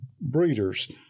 breeders